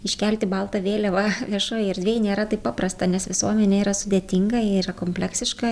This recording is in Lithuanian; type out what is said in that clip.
iškelti baltą vėliavą viešoj erdvėj nėra taip paprasta nes visuomenė yra sudėtinga ji yra kompleksiška